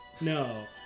no